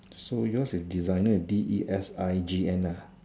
so you is design D E S I G N